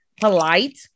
polite